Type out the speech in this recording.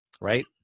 right